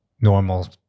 normal